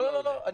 לא, לא, לא.